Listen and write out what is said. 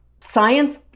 Science